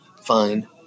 fine